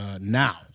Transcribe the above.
Now